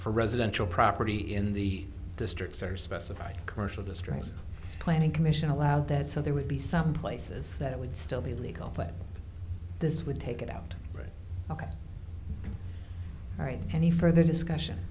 for residential property in the districts are specified commercial districts planning commission allow that so there would be some places that would still be legal but this would take it out ok right any further discussion